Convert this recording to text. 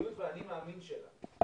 מהמדיניות וה"אני מאמין" שלה.